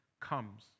comes